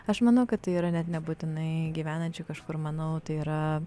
aš manau kad tai yra net nebūtinai gyvenančių kažkur manau tai yra